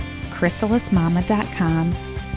chrysalismama.com